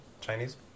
Chinese